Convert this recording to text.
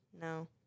no